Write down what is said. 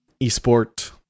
esport